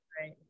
Right